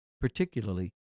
particularly